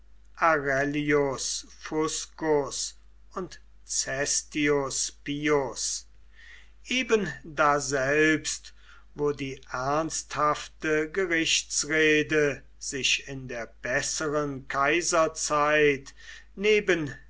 und cestius pius ebendaselbst wo die ernsthafte gerichtsrede sich in der besseren kaiserzeit neben